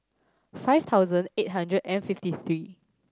five thousand eight hundred and fifty three